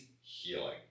healing